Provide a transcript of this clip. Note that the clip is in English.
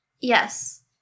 Yes